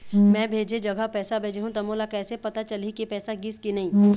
मैं भेजे जगह पैसा भेजहूं त मोला कैसे पता चलही की पैसा गिस कि नहीं?